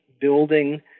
building